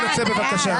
אנא, צא, בבקשה.